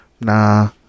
nah